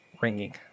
ringing